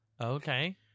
Okay